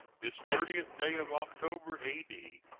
this thirtieth day of october, a d.